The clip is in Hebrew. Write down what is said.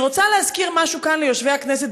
אני רוצה להזכיר משהו כאן ליושבי הכנסת,